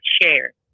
share